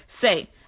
Say